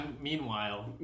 Meanwhile